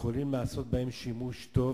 שיכולים לעשות בהם שימוש טוב,